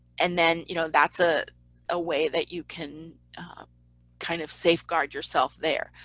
and then, you know that's ah a way that you can kind of safeguard yourself there.